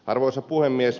arvoisa puhemies